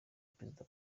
perezida